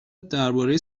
درباره